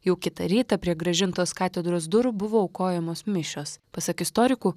jau kitą rytą prie grąžintos katedros durų buvo aukojamos mišios pasak istorikų